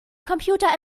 computer